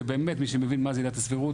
שבאמת מי שמבין מה זה עילת הסבירות,